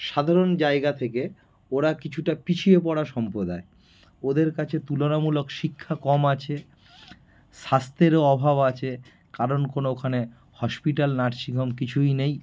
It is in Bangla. সাধারণ জায়গা থেকে ওরা কিছুটা পিছিয়ে পড়া সম্প্রদায় ওদের কাছে তুলনামূলক শিক্ষা কম আছে স্বাস্থ্যেরও অভাব আছে কারণ কোনো ওখানে হসপিটাল নার্সিং হোম কিছুই নেই